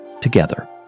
together